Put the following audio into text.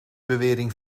bewering